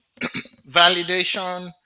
validation